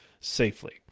safely